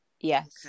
Yes